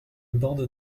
bande